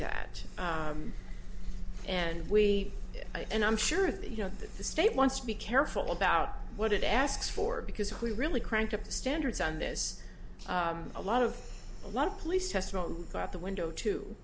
that and we and i'm sure you know that the state wants to be careful about what it asks for because we really crank up the standards on this a lot of a lot of police testimony about the window to